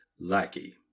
lackey